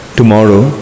tomorrow